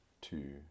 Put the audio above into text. two